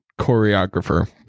choreographer